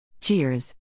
Cheers